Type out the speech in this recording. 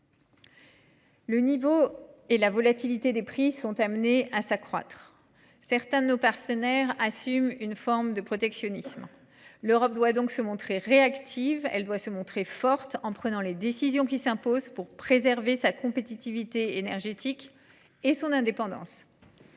le niveau et la volatilité des prix sont amenés à s’accroître et que certains de nos partenaires assument une forme de protectionnisme, l’Europe doit se montrer réactive et forte en prenant les décisions qui s’imposent pour préserver sa compétitivité énergétique et son indépendance.